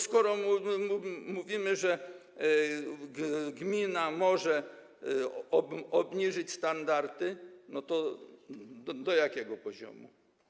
Skoro bowiem mówimy, że gmina może obniżyć standardy, to do jakiego poziomu?